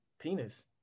Penis